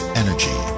energy